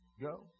Go